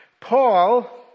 Paul